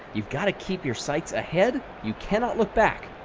you've got to keep your sights ahead. you cannot look back.